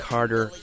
Carter